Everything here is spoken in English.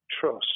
trust